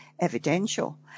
evidential